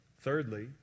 Thirdly